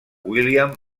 william